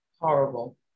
Horrible